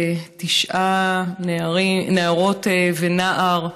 תשע נערות ונער,